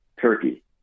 Turkey